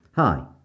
hi